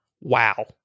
Wow